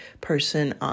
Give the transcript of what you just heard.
person